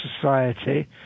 society